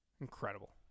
incredible